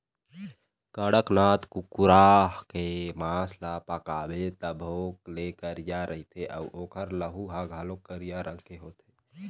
कड़कनाथ कुकरा के मांस ल पकाबे तभो ले करिया रहिथे अउ ओखर लहू ह घलोक करिया रंग के होथे